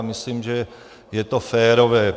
Myslím, že je to férové.